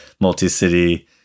multi-city